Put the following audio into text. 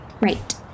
Right